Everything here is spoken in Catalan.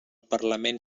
parlament